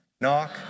Knock